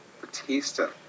Batista